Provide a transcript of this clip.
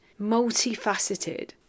multifaceted